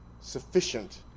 sufficient